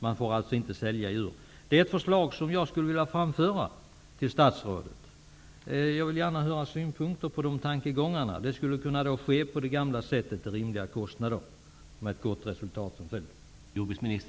Man får alltså inte sälja djur. Det är ett förslag som jag skulle vilja framföra till statsrådet. Jag vill gärna höra hans synpunkter på dessa tankegångar. Detta skulle alltså kunna ske på det gamla sättet till rimliga kostnader med ett gott resultat som följd.